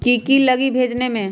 की की लगी भेजने में?